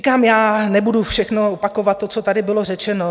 Říkám, já nebudu všechno opakovat, co tady bylo řečeno.